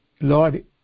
Lord